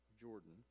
Jordan